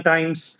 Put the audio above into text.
Times